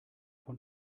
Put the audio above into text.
von